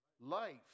life